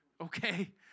Okay